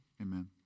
amen